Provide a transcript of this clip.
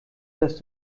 dass